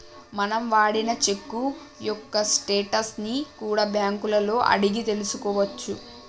మనం వాడిన చెక్కు యొక్క స్టేటస్ ని కూడా బ్యేంకులలో అడిగి తెల్సుకోవచ్చు